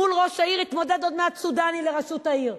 מול ראש העיר יתמודד עוד מעט סודני לראשות העיר.